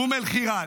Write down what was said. אום אל-חיראן.